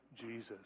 Jesus